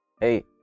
hey